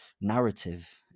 narrative